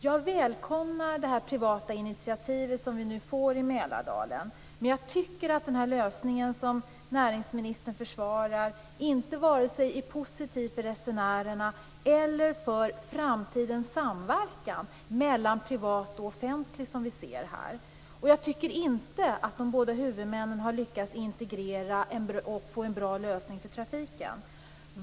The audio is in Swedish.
Jag välkomnar det privata initiativ som nu har tagits i Mälardalen, men jag tycker att den lösning som näringsministern försvarar inte är positiv vare sig för resenärerna eller för framtidens samverkan mellan privat och offentligt, som vi ser här. Jag tycker inte att de båda huvudmännen har lyckats integrera och få en bra lösning för trafiken.